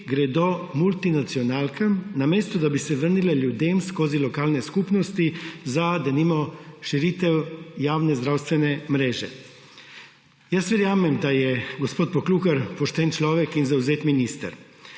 gredo multinacionalkam, namesto da bi se vrnile ljudem skozi lokalne skupnosti za, denimo, širitev javne zdravstvene mreže. Jaz verjamem, da je gospod Poklukar pošten človek in zavzet minister,